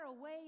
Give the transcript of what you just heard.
away